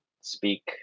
speak